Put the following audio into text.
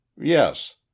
Yes